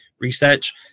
research